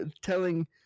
telling